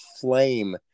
flame